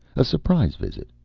a surprise visit.